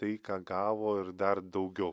tai ką gavo ir dar daugiau